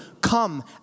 come